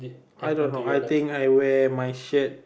I don't know I think I wear my shirt